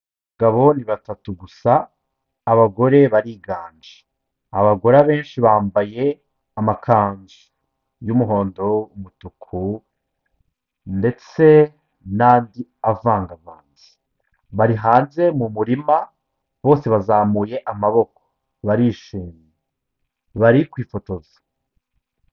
Abagabo ni batatu gusa, abagore bariganje, abagore abenshi bambaye amakanzu y'umuhondo, umutuku ndetse n'andi avangavanze, bari hanze mu murima, bose bazamuye amaboko barishimye, bari kwifotoza.